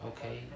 Okay